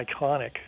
iconic